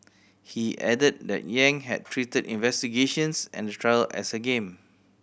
he added that Yang had treated investigations and the trial as a game